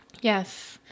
yes